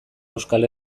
euskal